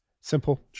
Simple